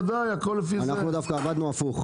אנחנו דווקא עבדנו הפוך.